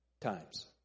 times